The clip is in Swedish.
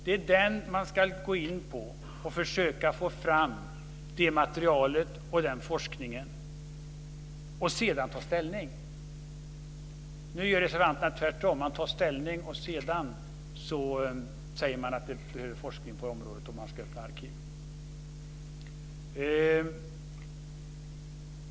Det är det man ska gå in på, att försöka få fram det materialet och den forskningen och sedan ta ställning. Nu gör reservanterna tvärtom. De tar ställning och säger sedan att det behövs forskning på området och att arkiv ska öppnas.